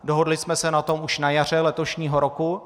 Dohodli jsme se na tom už na jaře letošního roku.